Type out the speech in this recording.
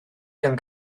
gan